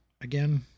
again